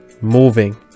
moving